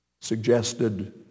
suggested